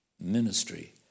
ministry